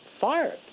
fired